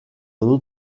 dut